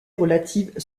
relative